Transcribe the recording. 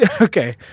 okay